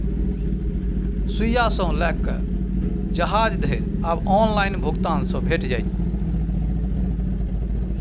सुईया सँ लकए जहाज धरि आब ऑनलाइन भुगतान सँ भेटि जाइत